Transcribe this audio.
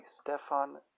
Stefan